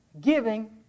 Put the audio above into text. giving